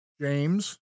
James